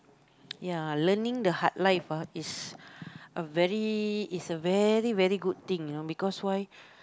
ya learning the hard life ah is a very is a very very good thing know because why